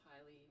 highly